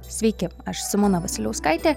sveiki aš simona vasiliauskaitė